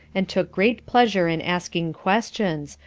and took great pleasure in asking questions,